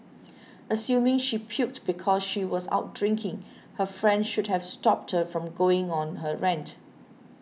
assuming she puked because she was out drinking her friend should have stopped her from going on her rant